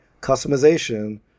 customization